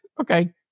Okay